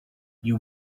you